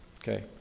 Okay